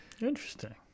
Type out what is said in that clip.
Interesting